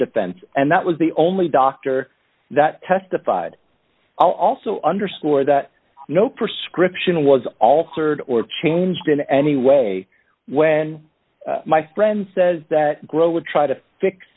defense and that was the only doctor that testified also underscore that no prescription was altered or changed in any way when my friend says that growth would try to fix